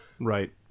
Right